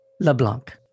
LeBlanc